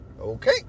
Okay